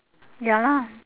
ya lah